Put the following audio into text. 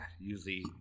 usually